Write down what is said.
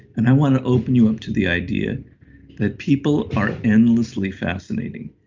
and i want to open you up to the idea that people are endlessly fascinating.